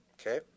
Okay